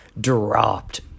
dropped